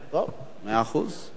טוב, מאה אחוז.